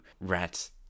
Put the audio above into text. rats